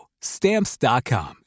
Stamps.com